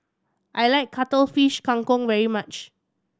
I like Cuttlefish Kang Kong very much